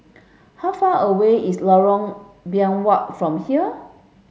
how far away is Lorong Biawak from here